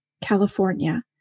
California